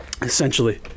Essentially